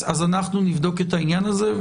נבדוק את העניין הזה,